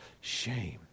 shame